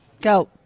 Go